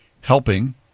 helping